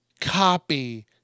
copy